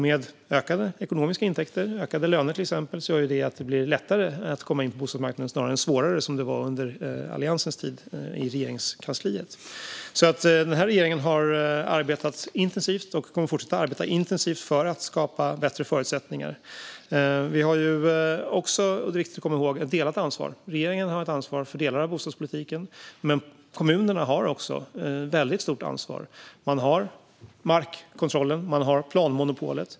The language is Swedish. Med ökade ekonomiska intäkter, till exempel ökade löner, gör detta att det blir lättare att komma in på bostadsmarknaden - snarare än svårare, som det var under Alliansens tid i Regeringskansliet. Den här regeringen har alltså arbetat intensivt och kommer att fortsätta att arbeta intensivt för att skapa bättre förutsättningar. Det är dock viktigt att komma ihåg att vi har ett delat ansvar. Regeringen har ett ansvar för delar av bostadspolitiken, men kommunerna har också väldigt stort ansvar. De innehar markkontrollen och planmonopolet.